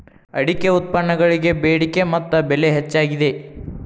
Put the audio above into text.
ಅಡಿಕೆ ಉತ್ಪನ್ನಗಳಿಗೆ ಬೆಡಿಕೆ ಮತ್ತ ಬೆಲೆ ಹೆಚ್ಚಾಗಿದೆ